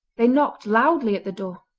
they knocked loudly at the door,